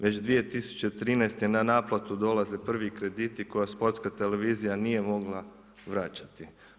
Već 2013. na naplatu dolaze prvi krediti koja Sportska televizija nije mogla vraćati.